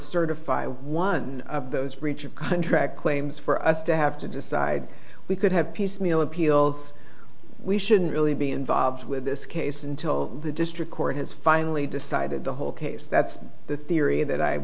certify one of those breach of contract claims for us to have to decide we could have piecemeal appeals we shouldn't really be involved with this case until the district court has finally decided the whole case that's the theory that i